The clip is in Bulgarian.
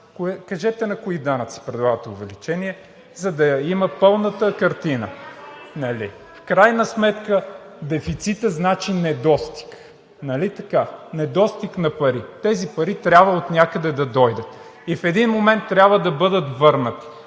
кажете на кои данъци предлагате увеличение, за да я има пълната картина! В крайна сметка дефицитът значи недостиг, нали така? Недостиг на пари. Тези пари трябва отнякъде да дойдат и в един момент трябва да бъдат върнати.